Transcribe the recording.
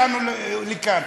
זה מה שהביא אותנו לפה,